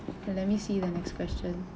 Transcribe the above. let me see the next question